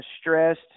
stressed